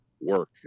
Work